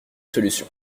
solution